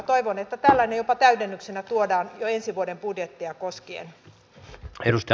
toivon että tällainen jopa täydennyksenä tuodaan jo ensi vuoden budjettia koskien